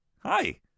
hi